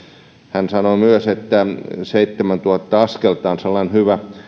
hän sanoi myös että seitsemältätuhannelta askelta on hyvä